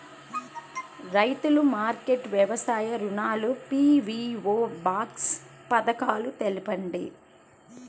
రైతుల మార్కెట్లు, వ్యవసాయ దుకాణాలు, పీ.వీ.ఓ బాక్స్ పథకాలు తెలుపండి?